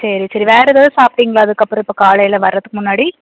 சரி சரி வேறு ஏதாவது சாப்பிட்டிங்களா அதுக்கப்புறம் இப்போ காலையில் வரத்துக்கு முன்னாடி